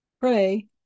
Pray